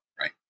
Right